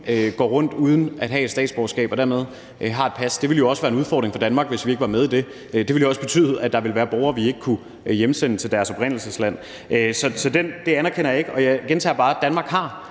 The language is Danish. går rundt uden at have et statsborgerskab og dermed et pas, så ville det jo også være en udfordring for Danmark, hvis vi ikke var med i den. Det ville også betyde, at der ville være borgere, vi ikke kunne hjemsende til deres oprindelsesland. Så det anerkender jeg ikke. Og jeg gentager bare: Danmark har